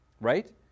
Right